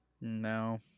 no